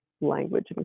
language